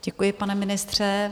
Děkuji, pane ministře.